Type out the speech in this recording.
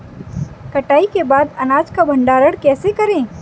कटाई के बाद अनाज का भंडारण कैसे करें?